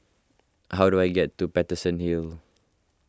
how do I get to Paterson Hill